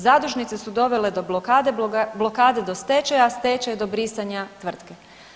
Zadužnice su dovele do blokade, blokada do stečaja, stečaj do brisanja tvrtki.